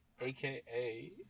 aka